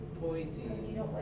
Poison